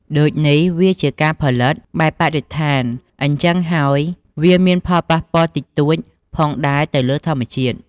ដូចនេះ វាជាការផលិតបែបបរិស្ថាន អញ្ចឹងហ់ើយវាមានផលប៉ះពាល់តិចតួចផងដែរទៅលើធម្មជាតិ។